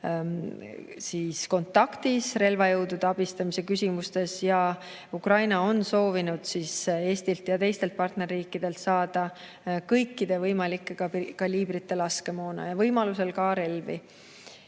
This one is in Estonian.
tihedas kontaktis relvajõudude abistamise küsimustes. Ukraina on soovinud Eestilt ja teistelt partnerriikidelt saada kõikvõimaliku kaliibriga laskemoona ja võimalusel ka relvi.